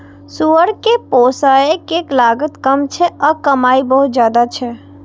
सुअर कें पोसय के लागत कम छै आ कमाइ बहुत ज्यादा छै